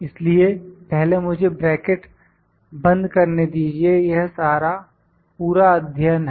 इसलिए पहले मुझे ब्रैकेट बंद करने दीजिए यह सारा पूरा अध्ययन है